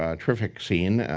ah terrific scene.